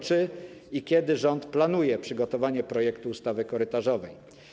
Czy i kiedy rząd planuje przygotowanie projektu ustawy korytarzowej?